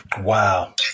Wow